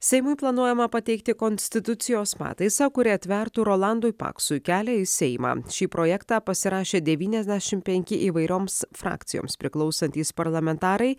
seimui planuojama pateikti konstitucijos pataisą kuri atvertų rolandui paksui kelią į seimą šį projektą pasirašė devyniasdešim penki įvairioms frakcijoms priklausantys parlamentarai